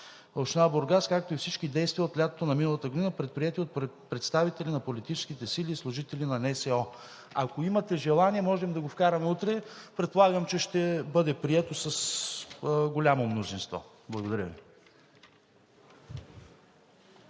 община Бургас, както и всички действия от лятото на миналата година, предприети от представители на политическите сили и служители на НСО. Ако имате желание, може да го вкараме утре. Предполагам, че ще бъде прието с голямо мнозинство. Благодаря Ви.